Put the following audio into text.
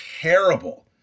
terrible